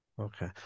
Okay